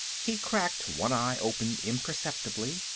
he cracked one eye open imperceptibly.